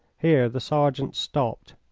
here the sergeant stopped.